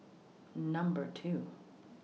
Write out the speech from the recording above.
Number two